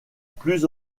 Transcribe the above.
plus